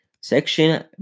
Section